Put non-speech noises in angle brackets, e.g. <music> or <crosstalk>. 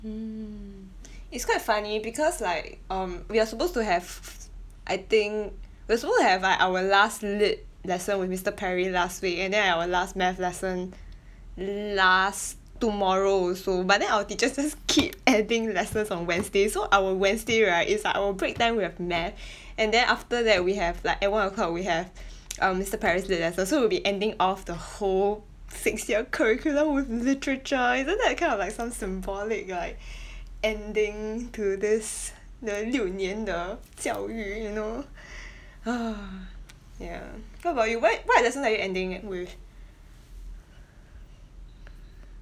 mm <breath> it's quite funny because like um we were supposed to have <noise> I think we're supposed to have like our last lit lesson with mister Perry last week and then our last math lesson <breath> last tomorrow also but then our teachers just keep adding lessons on Wednesday so our Wednesday right it's like our break time we have math <breath> and then after that we have like at one o'clock we have <breath> <noise> um mister Perry's lit lesson so we'll be ending off the whole six year curriculum with literature isn't that kind of like some symbolic like <breath> ending to this the 六年的教育 you know <breath> hor <noise> ya what about you where what lessons are you ending it with <breath> <noise>